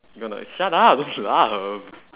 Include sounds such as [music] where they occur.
you gonna l~ shut up [laughs] don't laugh